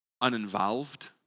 uninvolved